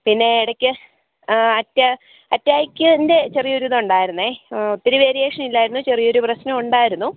പിന്നെ ഇടക്ക് അറ്റ അറ്റാക്കിൻ്റെ ചെറിയൊരു ഇത് ഉണ്ടായിരുന്നു പിന്നെ വേരിയേഷൻ ഇല്ലായ്രുന്നു ചെറിയൊരു പ്രശ്നമുണ്ടായിരുന്നു